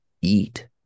eat